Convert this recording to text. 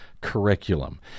curriculum